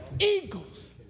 eagles